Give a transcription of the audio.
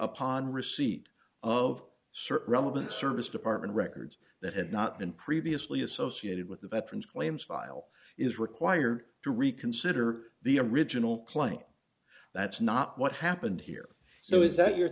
upon receipt of certain relevant service department records that had not been previously associated with the veterans claims file is required to reconsider the original claim that's not what happened here so is that your